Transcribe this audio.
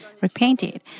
repainted